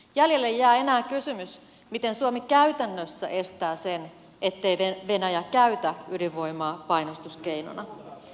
jäljelle jää enää kysymys miten suomi käytännössä estää sen ettei venäjä käytä ydinvoimaa painostuskeinona